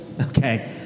Okay